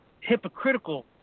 hypocritical